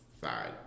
side